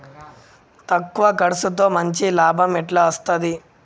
తక్కువ కర్సుతో మంచి లాభం ఎట్ల అస్తది?